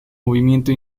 movimiento